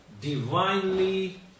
divinely